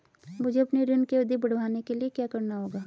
मुझे अपने ऋण की अवधि बढ़वाने के लिए क्या करना होगा?